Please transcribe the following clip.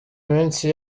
iminsi